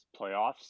playoffs